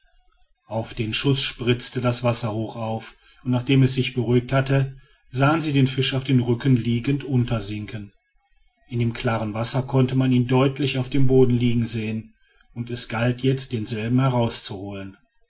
auf den schuß spritzte das wasser hoch auf und nachdem es sich beruhigt hatte sahen sie den fisch auf dem rücken liegend untersinken in dem klaren wasser konnte man ihn deutlich auf dem boden liegen sehen und es galt jetzt denselben heraus